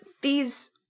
these-